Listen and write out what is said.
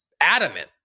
adamant